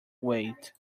wait